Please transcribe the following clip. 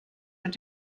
mit